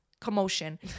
commotion